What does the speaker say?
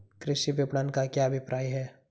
कृषि विपणन का क्या अभिप्राय है?